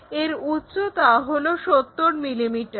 এর উচ্চতা হলো 70 মিলিমিটার